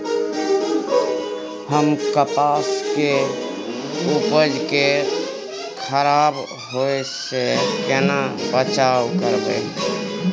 हम कपास के उपज के खराब होय से केना बचाव करबै?